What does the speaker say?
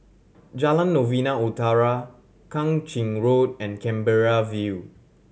Jalan Novena Utara Kang Ching Road and Canberra View